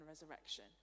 resurrection